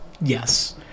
yes